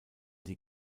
die